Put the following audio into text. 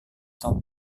tom